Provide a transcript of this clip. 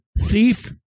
Thief